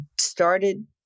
started